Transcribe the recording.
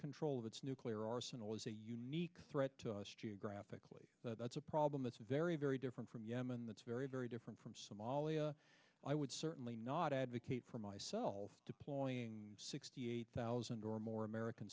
control of its nuclear arsenal as a unique threat to us geographically that's a problem that's very very different from yemen that's very very different from somalia i would certainly not advocate for myself deploying sixty eight thousand or more american